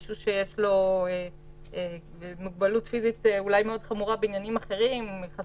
למשל מישהו שאולי יש לו מוגבלות פיזית מאוד חמורה בנסיבות מסוימות,